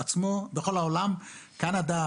בקנדה,